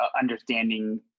understanding